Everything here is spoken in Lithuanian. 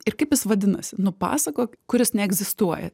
ir kaip jis vadinasi nupasakok kuris neegzistuoja